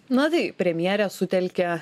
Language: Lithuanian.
na tai premjerė sutelkia